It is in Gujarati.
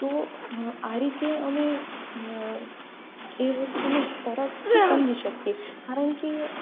તો આ રીતે અમે એ વસ્તુને સરળથી સમજી શકીએ કારણ કે